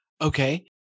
Okay